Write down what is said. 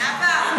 הכנסת,